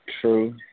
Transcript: True